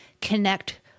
connect